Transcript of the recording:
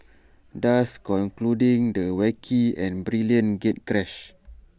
thus concluding the wacky and brilliant gatecrash